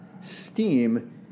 STEAM